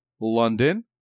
London